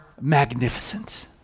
magnificent